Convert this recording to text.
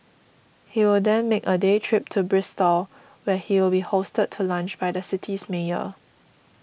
he will then make a day trip to Bristol where he will be hosted to lunch by the city's mayor